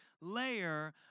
layer